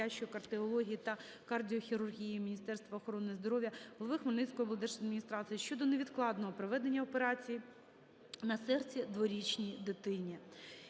дитячої кардіології та кардіохірургії Міністерства охорони здоров'я", голови Хмельницької облдержадміністрації щодо невідкладного проведення операції на серці дворічній дитині.